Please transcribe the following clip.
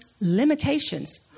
limitations